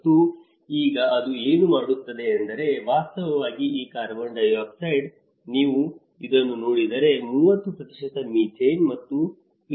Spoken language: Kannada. ಮತ್ತು ಈಗ ಅದು ಏನು ಮಾಡುತ್ತಿದೆ ಎಂದರೆ ವಾಸ್ತವವಾಗಿ ಈ ಕಾರ್ಬನ್ ಡೈಆಕ್ಸೈಡ್ ನೀವು ಇದನ್ನು ನೋಡಿದರೆ 30 ಮೀಥೇನ್ ಮತ್ತು 54